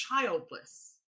childless